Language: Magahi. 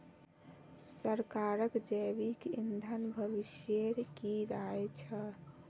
सरकारक जैविक ईंधन भविष्येर की राय छ